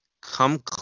come